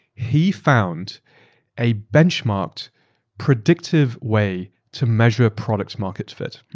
he found a benchmarked predictive way to measure product market fit.